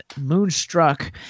Moonstruck